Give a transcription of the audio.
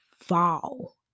fall